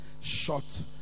shot